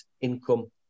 income